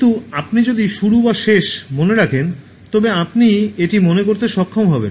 কিন্তু আপনি যদি শুরু বা শেষ মনে রাখেন তবে আপনি এটি মনে রাখতে সক্ষম হবেন